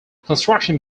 construction